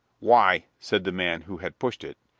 why, said the man who had pushed it,